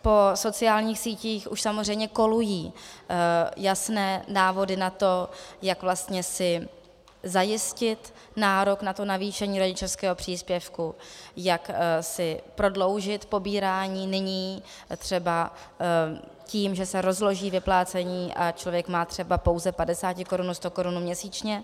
Po sociálních sítích už samozřejmě kolují jasné návody na to, jak vlastně si zajistit nárok na to navýšení rodičovského příspěvku, jak si prodloužit pobírání nyní třeba tím, že se rozloží vyplácení a člověk má pouze třeba padesátikorunu, stokorunu, měsíčně.